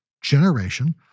generation